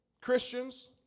Christians